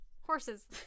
Horses